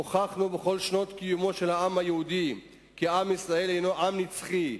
הוכחנו בכל שנות קיומו של העם היהודי כי עם ישראל הוא עם נצחי,